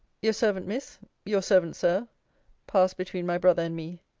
your servant, miss your servant, sir passed between my brother and me.